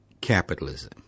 capitalism